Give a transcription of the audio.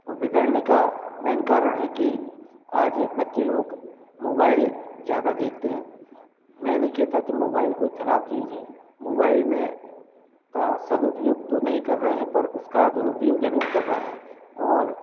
और बिगड़ने का मेन कारण है कि आज बच्चे लोग मोबाइल ज़्यादा देखते हैं मैं नहीं कहता कि मोबाइले कोई खराब चीज़ है मोबाइल में का सदुपयोग तो नहीं कर रहे हैं पर उसका दुरुपयोग ज़रूर कर रहे हैं और